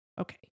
okay